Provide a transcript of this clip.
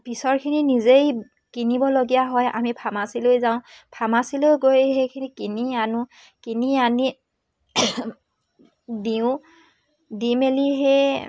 পিছৰখিনি নিজেই কিনিবলগীয়া হয় আমি ফাৰ্মাচিলৈ যাওঁ ফাৰ্মাচিলৈ গৈ সেইখিনি কিনি আনো কিনি আনি দিওঁ দি মেলি সেই